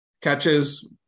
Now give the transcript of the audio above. catches